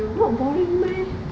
not boring meh